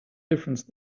difference